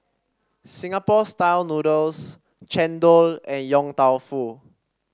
Singapore style noodles chendol and Yong Tau Foo